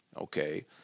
okay